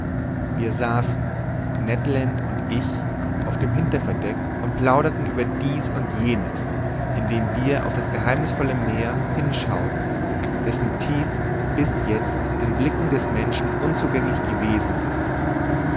wir saßen ned land und ich auf dem hinterverdeck und plauderten über dies und jenes indem wir auf das geheimnißvolle meer hinschauten dessen tiefen bis jetzt den blicken der menschen unzugänglich gewesen sind